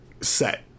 set